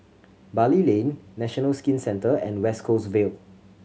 Bali Lane National Skin Centre and West Coast Vale